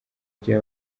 gihe